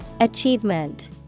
Achievement